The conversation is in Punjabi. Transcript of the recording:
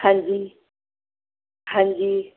ਹਾਂਜੀ ਹਾਂਜੀ